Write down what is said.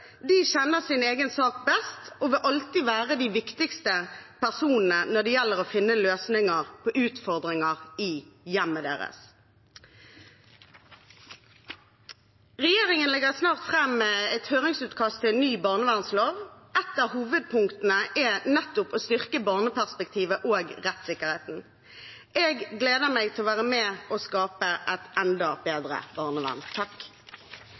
De kjenner sin egen sak best og vil alltid være de viktigste personene når det gjelder å finne løsninger på utfordringer i hjemmet deres. Regjeringen legger snart fram et høringsutkast til en ny barnevernslov. Et av hovedpunktene er nettopp å styrke barneperspektivet og rettssikkerheten. Jeg gleder meg til å være med og skape et enda bedre barnevern.